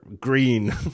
green